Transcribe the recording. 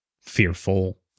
fearful